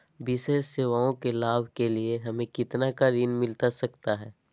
विशेष सेवाओं के लाभ के लिए हमें कितना का ऋण मिलता सकता है?